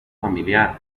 familiar